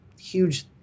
huge